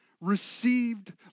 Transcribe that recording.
received